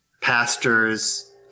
pastors